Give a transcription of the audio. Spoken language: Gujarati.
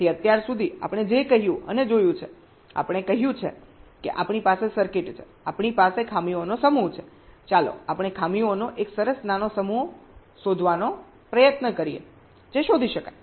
તેથી અત્યાર સુધી આપણે જે કહ્યું અને જોયું છે આપણે કહ્યું છે કે આપણી પાસે સર્કિટ છે આપણી પાસે ખામીઓનો સમૂહ છે ચાલો આપણે ખામીઓનો એક સરસ નાનો સમૂહ શોધવાનો પ્રયત્ન કરીએ જે શોધી શકાય